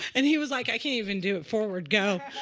and he was like, i can't even do it forward. go.